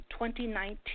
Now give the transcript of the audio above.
2019